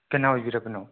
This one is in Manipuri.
ꯀꯅꯥ ꯑꯣꯏꯕꯤꯔꯕꯅꯣ